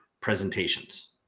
presentations